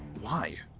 why?